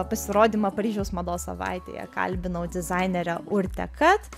pasirodymą paryžiaus mados savaitėje kalbinau dizainerę urtę kat